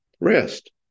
Rest